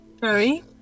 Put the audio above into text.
Sorry